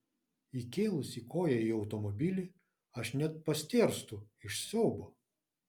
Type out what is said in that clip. įkėlusi koją į automobilį aš net pastėrstu iš siaubo